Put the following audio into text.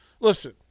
listen